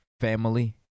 family